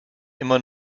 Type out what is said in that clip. immer